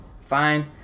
fine